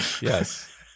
Yes